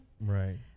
right